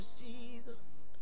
Jesus